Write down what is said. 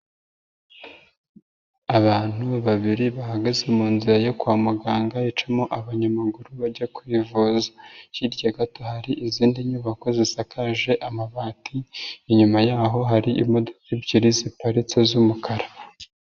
Abantu babiri bahagaze mu nzira yo kwa muganga icamo abanyamaguru bajya kwivuza. Hirya gato hari izindi nyubako zisakaje amabati, inyuma yaho hari imodoka ebyiri ziparitse z'umukara.